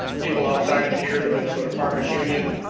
people outside of here the minnesota farmers union.